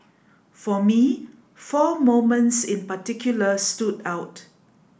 for me four moments in particular stood out